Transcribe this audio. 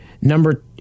Number